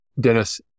Dennis